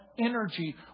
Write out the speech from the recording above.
energy